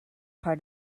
part